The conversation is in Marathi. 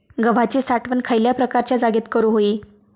गव्हाची साठवण खयल्या प्रकारच्या जागेत करू होई?